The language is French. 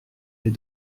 les